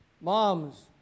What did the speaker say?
moms